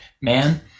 man